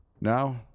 Now